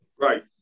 Right